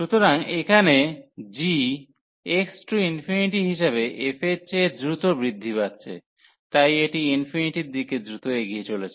সুতরাং এখানে g x→∞ হিসাবে f এর চেয়ে দ্রুত বৃদ্ধি পাচ্ছে তাই এটি ইনফিনিটির দিকে দ্রুত এগিয়ে চলেছে